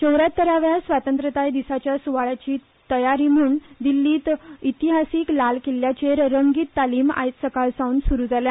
चौऱ्यात्तराव्या स्वतंत्रताय दिसाच्या सुवाळ्याची तयारी म्हण दिछ्ठीत इतिहासिक लाल किल्ल्याचेर रंगित तालिम आज सकाळ सावन सुरु जाल्या